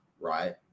right